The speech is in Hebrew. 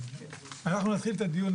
אנחנו נתחיל את הדיון.